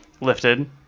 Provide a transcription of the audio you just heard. lifted